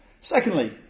Secondly